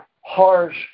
harsh